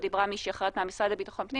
או דיברה מישהי אחרת מהמשרד לביטחון פנים